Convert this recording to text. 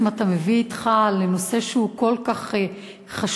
אתה מביא אתך לנושא שהוא כל כך חשוב,